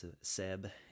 Seb